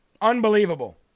Unbelievable